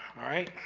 alright.